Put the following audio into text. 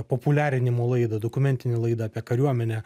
populiarinimo laidą dokumentinę laidą apie kariuomenę